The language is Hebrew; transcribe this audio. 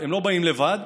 הם לא באים לבד.